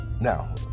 Now